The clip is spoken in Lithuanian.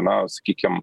na sakykim